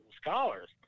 scholars